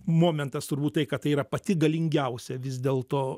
momentas turbūt tai kad tai yra pati galingiausia vis dėlto